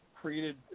created